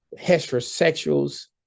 Heterosexuals